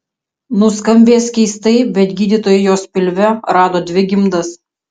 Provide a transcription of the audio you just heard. nuskambės keistai bet gydytojai jos pilve rado dvi gimdas